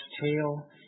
Tail